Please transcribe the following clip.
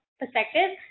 perspective